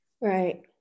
right